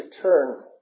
turn